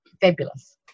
fabulous